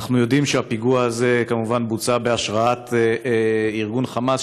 אנחנו יודעים שהפיגוע הזה כמובן בוצע בהשראת ארגון חמאס,